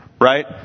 right